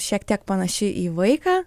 šiek tiek panaši į vaiką